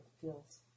feels